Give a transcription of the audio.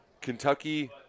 Kentucky